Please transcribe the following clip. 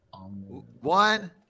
one